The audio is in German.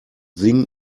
singen